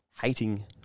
hating